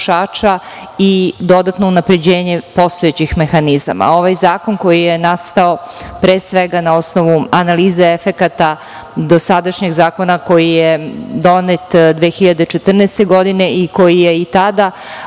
i dodatno unapređenje postojećih mehanizama. Ovo je zakon koji je nastao pre svega na osnovu analize efekata dosadašnjeg zakona koji je donet 2014. godine i koji je i tada